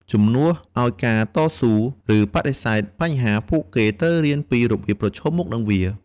ជំនួសឱ្យការតស៊ូ ឬបដិសេធបញ្ហា ពួកគេត្រូវរៀនពីរបៀបប្រឈមមុខនឹងវា។